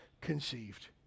conceived